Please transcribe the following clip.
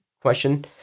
question